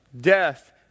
death